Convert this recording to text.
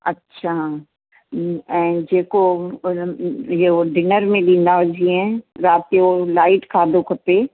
अच्छा हम्म ऐं जेको इहो डिनर में ॾींदा आहियो जीअं राति जो लाइट खाधो खपे